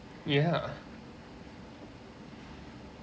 ya